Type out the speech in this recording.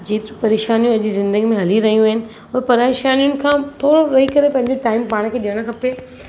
जेतिरियूं परेशानियूं अॼु ज़िंदगीअ में हली रहियूं आहिनि उहे परेशानियुनि खां पोइ वेही करे पंहिंजो टाइम पाण खे ॾियणु खपे